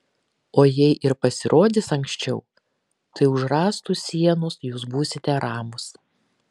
o jei ir pasirodys anksčiau tai už rąstų sienos jūs būsite ramūs